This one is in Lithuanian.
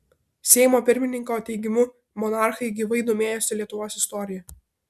seimo pirmininko teigimu monarchai gyvai domėjosi lietuvos istorija